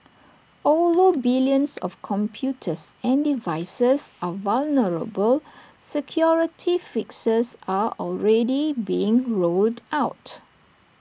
although billions of computers and devices are vulnerable security fixes are already being rolled out